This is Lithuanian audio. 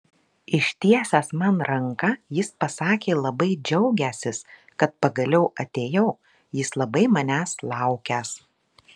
ištiesęs man ranką jis pasakė labai džiaugiąsis kad pagaliau atėjau jis labai manęs laukęs